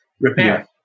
repair